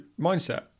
mindset